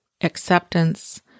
acceptance